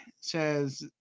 says